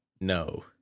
no